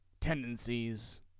tendencies